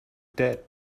dead